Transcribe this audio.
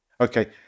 Okay